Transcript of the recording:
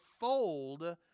fold